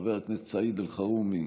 חבר הכנסת סעיד אלחרומי,